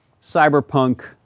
cyberpunk